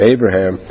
Abraham